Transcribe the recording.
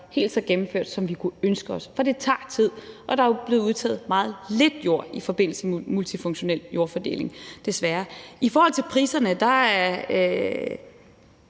helt så gennemført, som vi kunne ønske os. For det tager tid, og der er jo blevet udtaget meget lidt jord i forbindelse med multifunktionel jordfordeling, desværre. Jeg er så ikke helt